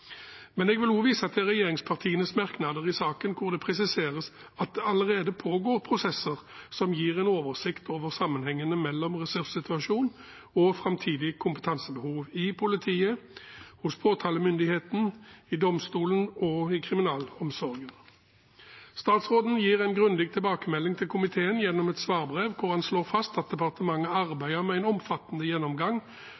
Men jeg vil også vise til regjeringspartienes merknader i saken, hvor det presiseres at det allerede pågår prosesser som gir en oversikt over sammenhengene mellom ressurssituasjon og framtidig kompetansebehov i politiet, hos påtalemyndigheten, i domstolen og i kriminalomsorgen. Statsråden gir en grundig tilbakemelding til komiteen gjennom et svarbrev hvor han slår fast at departementet